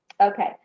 okay